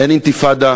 אין אינתיפאדה